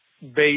based